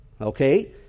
Okay